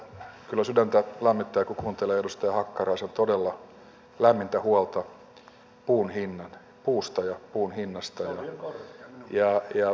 kyllä sydäntä lämmittää kun kuuntelee edustaja hakkaraisen todella lämmintä huolta puusta ja puun hinnasta ja metsänomistajista